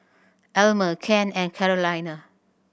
Elmer Ken and Carolina